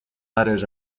letters